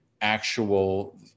actual